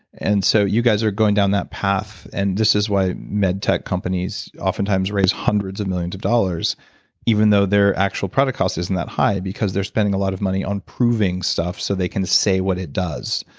and so you guys are going down that path and this is why med tech companies often times raise hundreds of millions of dollars even though their actual product cost isn't that high because they're spending a lot of money on proving stuff so they can say what it does.